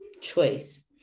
choice